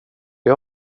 det